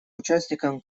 участником